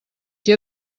qui